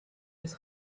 his